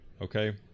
Okay